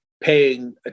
paying